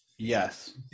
Yes